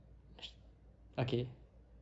okay